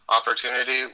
opportunity